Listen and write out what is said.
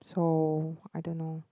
so I don't know